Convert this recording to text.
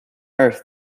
earth